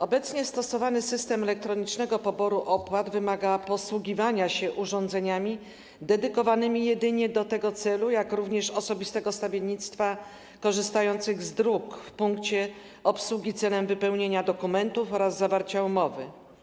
Obecnie stosowany system elektronicznego poboru opłat wymaga posługiwania się urządzeniami dedykowanymi jedynie temu celowi, jak również osobistego stawiennictwa korzystających z dróg w punkcie obsługi celem wypełnienia dokumentów oraz zawarcia umowy.